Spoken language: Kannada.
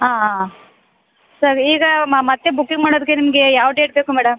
ಆಂ ಆಂ ಆಂ ಸರಿ ಈಗ ಮತ್ತೆ ಬುಕ್ಕಿಂಗ್ ಮಾಡೋದಕ್ಕೆ ನಿಮಗೆ ಯಾವ ಡೇಟ್ ಬೇಕು ಮೇಡಮ್